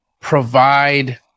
provide